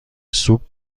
سوپ